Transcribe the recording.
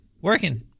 working